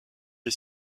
est